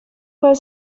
were